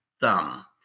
thumb